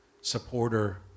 supporter